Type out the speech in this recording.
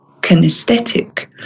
kinesthetic